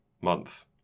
month